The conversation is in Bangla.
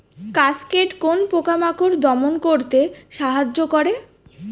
কাসকেড কোন পোকা মাকড় দমন করতে সাহায্য করে?